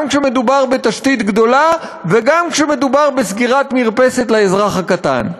גם כשמדובר בתשתית גדולה וגם כשמדובר בסגירת מרפסת לאזרח הקטן.